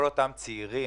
כל אותם צעירים,